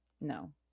no